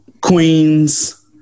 queen's